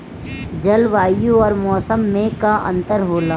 जलवायु और मौसम में का अंतर होला?